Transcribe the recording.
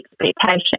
expectation